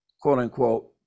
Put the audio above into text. quote-unquote